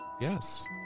yes